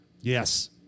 Yes